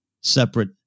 separate